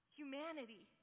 humanity